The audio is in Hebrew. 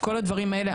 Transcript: כל הדברים האלה.